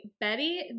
Betty